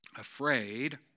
afraid